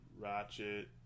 Ratchet